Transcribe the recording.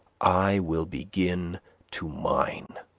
i will begin to mine.